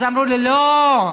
אז אמרו לי: לא,